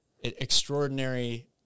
extraordinary –